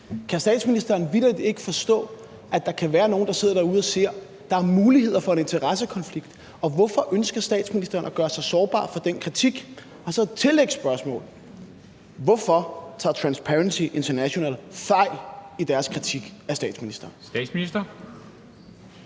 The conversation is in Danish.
Kan statsministeren vitterlig ikke forstå, at der kan være nogle, der sidder derude og ser, at der er muligheder for en interessekonflikt, og hvorfor ønsker statsministeren at gøre sig sårbar for den kritik? Så et tillægsspørgsmål: Hvorfor tager Transparency International fejl i deres kritik af statsministeren? Kl.